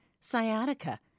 sciatica